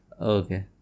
Okay